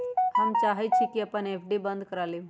हम चाहई छी कि अपन एफ.डी बंद करा लिउ